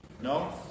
No